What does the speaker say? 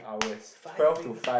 five ringgit ugh